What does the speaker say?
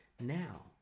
now